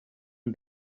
and